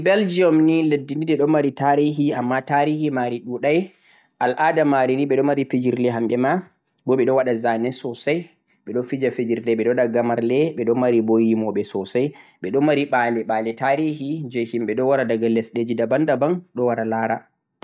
leddi fe're leddi Belgium ni, leddi mai ni ɓe ɗo mari tarihi amma tarihi mari ɗu'ɗai, al'ada mari ni ɓe ɗo mari fijirle hamɓe ma bo ɓe ɗo waɗa za ne sosai, ɓe ɗo fija fijirde ɓe ɗo waɗa gamrle, ɓe mari bo yimo'ɓe sosai, ɓe ɗo mari ɓa'le, ɓa'le tarihi je himɓe ɗo wara daga lesɗe ji daban daban ɗo wara lara.